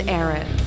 Aaron